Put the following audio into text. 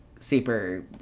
super